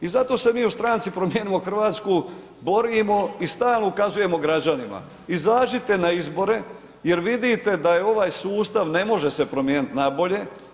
I zato se mi u stranci Promijenimo Hrvatsku borimo i stalno ukazujemo građanima izađite na izbore jer vidite da je ovaj sustav ne može se promijeniti na bolje.